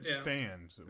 stands